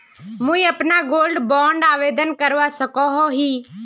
मुई अपना gold bond आवेदन करवा सकोहो ही?